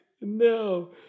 No